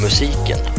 Musiken